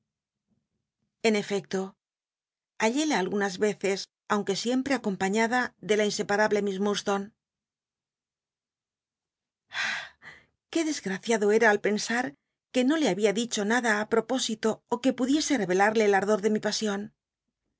en efecto halléla algunas veces aun que sicmpre acompañada de la insepamble miss iiurdstone ah qué desgraciado era al pensar que no le habia dicho nada propósito ó que pudiese reycvelarlc el ardor de mi patiion